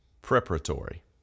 Preparatory